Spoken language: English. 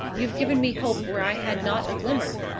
you've given me hope where i had not a glimmer.